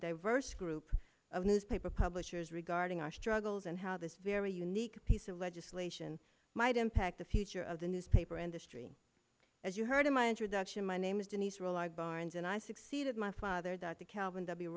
diverse group of newspaper publishers regarding our struggles and how this very unique piece of legislation might impact the future of the newspaper industry as you heard in my introduction my name is denise realized barnes and i succeeded my father that the calvin w